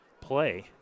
play